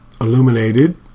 Illuminated